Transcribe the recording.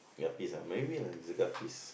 guppies maybe lah it's a guppies